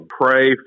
pray